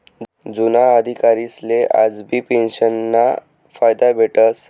जुना अधिकारीसले आजबी पेंशनना फायदा भेटस